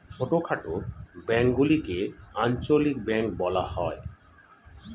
ছোটখাটো ব্যাঙ্কগুলিকে আঞ্চলিক ব্যাঙ্ক বলা হয়